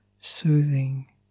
soothing